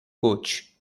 coach